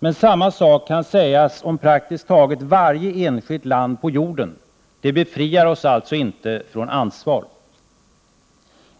Men samma sak kan sägas om praktiskt taget varje enskilt land på jorden. Det befriar oss alltså inte från ansvar.